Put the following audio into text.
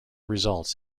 results